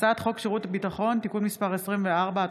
הצעת חוק שירות ביטחון (תיקון מס' 24),